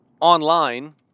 online